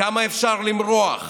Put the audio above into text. כמה אפשר למרוח,